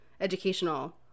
educational